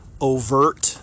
overt